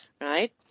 right